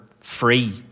free